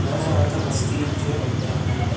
न जातमस्तीत्येव वक्तव्यम्